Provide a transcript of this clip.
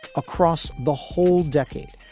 across the whole decade,